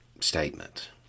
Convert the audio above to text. statement